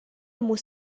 muss